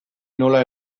nola